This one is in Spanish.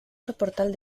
soportal